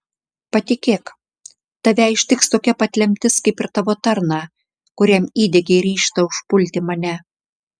patikėk tave ištiks tokia pat lemtis kaip ir tavo tarną kuriam įdiegei ryžtą užpulti mane